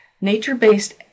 nature-based